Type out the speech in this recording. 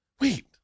Wait